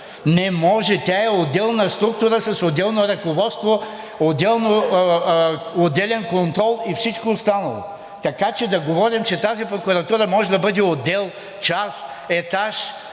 Не може! Тя е отделна структура с отделно ръководство, отделен контрол и всичко останало. Така че да говорим, че тази прокуратура може да бъде отдел, част, етаж,